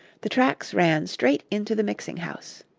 the tracks ran straight into the mixing-house.